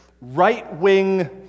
right-wing